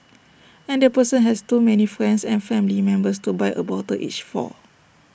and the person has too many friends and family members to buy A bottle each for